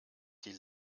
die